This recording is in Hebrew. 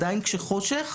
כשעדיין חושך,